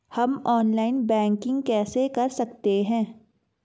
हम online banking कैसे कर सकते हैं?